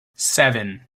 seven